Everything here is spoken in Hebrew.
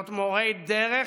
להיות מורי דרך,